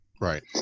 Right